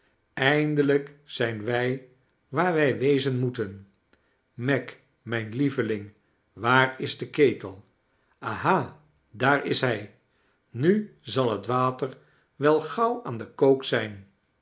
eindelijk zijn wij waar wij wezen moeten meg mijn lieveling waar is de ketel aha daar is hij nu zal t water wel gauw aan de kook zijn